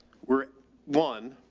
we're one,